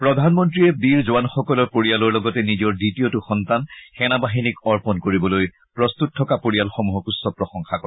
প্ৰধানমন্ত্ৰীয়ে বীৰ জোৱানসকলৰ পৰিয়ালৰ লগতে নিজৰ দ্বিতীয়টো সন্তান সেনা বাহিনীক অৰ্গন কৰিবলৈ প্ৰস্তুত থকা পৰিয়ালসমূহক উচ্চ প্ৰশংসা কৰে